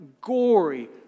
gory